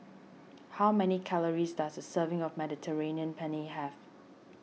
how many calories does a serving of Mediterranean Penne have